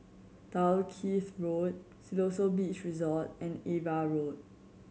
Dalkeith Road Siloso Beach Resort and Ava Road